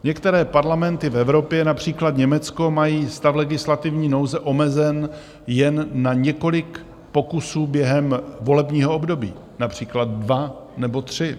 Některé parlamenty v Evropě, například Německo, mají stav legislativní nouze omezen jen na několik pokusů během volebního období, například dva nebo tři.